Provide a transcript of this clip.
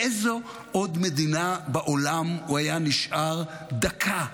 באיזו עוד מדינה בעולם הוא היה נשאר דקה בתפקידו?